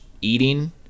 eating